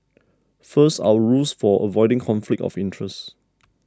first our rules for avoiding conflict of interest